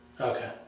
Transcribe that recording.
Okay